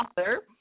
author